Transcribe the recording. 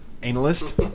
Analyst